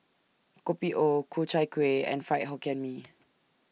Kopi O Ku Chai Kueh and Fried Hokkien Mee